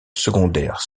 secondaire